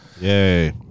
Yay